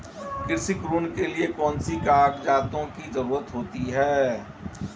कृषि ऋण के लिऐ कौन से कागजातों की जरूरत होती है?